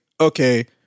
okay